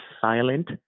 silent